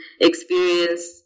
experience